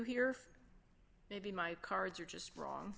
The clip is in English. here maybe my cards are just wrong